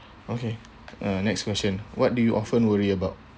okay uh next question what do you often worry about